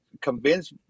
convince